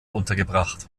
untergebracht